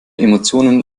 emotionen